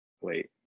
Wait